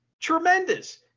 tremendous